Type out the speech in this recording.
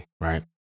right